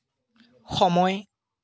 সময়